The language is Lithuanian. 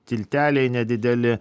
tilteliai nedideli